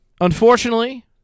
Unfortunately